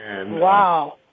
Wow